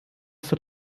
für